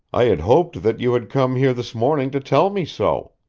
i had hoped that you had come here this morning to tell me so.